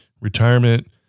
retirement